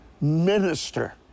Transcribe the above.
minister